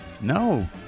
No